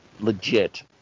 legit